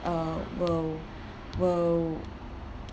uh will will